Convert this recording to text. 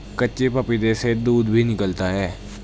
कच्चे पपीते से दूध भी निकलता है